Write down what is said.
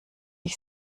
ich